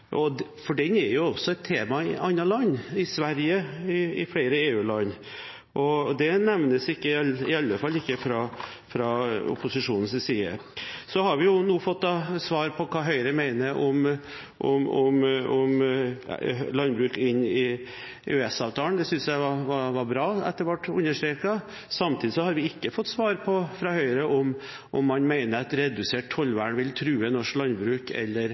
For den er jo også et tema i andre land, i Sverige og i flere EU-land. Det nevnes iallfall ikke fra opposisjonens side. Så har vi nå fått svar på hva Høyre mener om landbruk inn i EØS-avtalen. Det synes jeg det var bra at ble understreket. Samtidig har vi ikke fått svar fra Høyre på om man mener at redusert tollvern vil true norsk landbruk eller